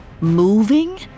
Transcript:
moving